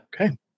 okay